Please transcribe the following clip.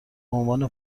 بعنوان